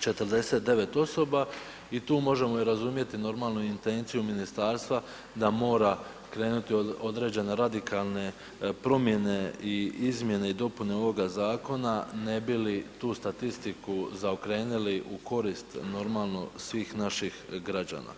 49 osoba i tu možemo i razumjeti normalnu intenciju ministarstva da mora krenuti u određene radikalne promjene i izmjene i dopune zakona ne bi li tu statistiku zaokrenuli u korist normalno svih naših građana.